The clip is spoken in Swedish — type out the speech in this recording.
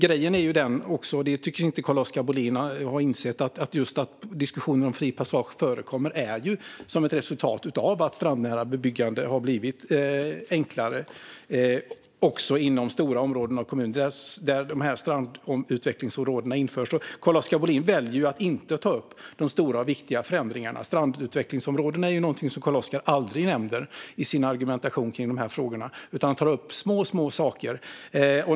Grejen är ju också den - och det tycks Carl-Oskar Bohlin inte ha insett - att det faktum att diskussionen om fri passage förekommer är ett resultat av att strandnära byggande har blivit enklare även inom stora områden i kommuner där dessa strandutvecklingsområden införts. Carl-Oskar Bohlin väljer ju att inte ta upp de stora och viktiga förändringarna; strandutvecklingsområdena är något som Carl-Oskar aldrig nämner i sin argumentation i dessa frågor, utan han tar upp små, små saker.